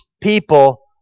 people